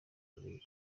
collines